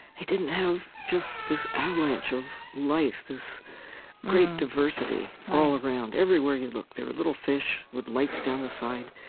they didn't have just this avalanche of life, this great diversity all around, everywhere you looked. there were little fish with lights down the side.